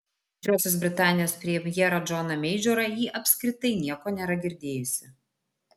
apie didžiosios britanijos premjerą džoną meidžorą ji apskritai nieko nėra girdėjusi